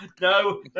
No